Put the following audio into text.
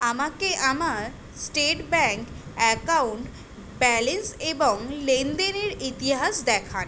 আমাকে আমার state bank account balance এবং লেনদেনের ইতিহাস দেখান